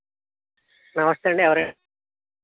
నమస్తే అండి ఎవరు